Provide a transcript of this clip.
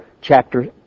chapter